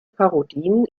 parodien